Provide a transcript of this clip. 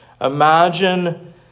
Imagine